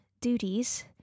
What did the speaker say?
duties